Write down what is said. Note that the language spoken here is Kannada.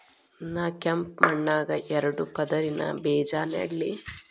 ನಾ ಕೆಂಪ್ ಮಣ್ಣಾಗ ಎರಡು ಪದರಿನ ಬೇಜಾ ನೆಡ್ಲಿ?